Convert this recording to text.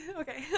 Okay